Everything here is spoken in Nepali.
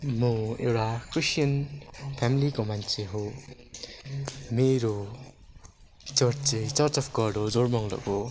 म एउटा क्रिस्चियन फ्यामिलीको मान्छे हो मेरो चर्च चाहिँ चर्च अफ् गड हो जोरबङ्लोको हो